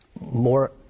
more